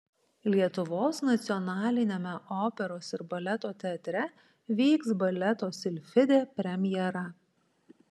lietuvos nacionaliniame operos ir baleto teatre vyks baleto silfidė premjera